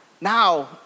now